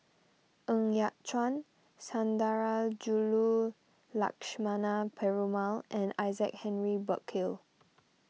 Ng Yat Chuan Sundarajulu Lakshmana Perumal and Isaac Henry Burkill